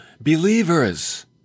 believers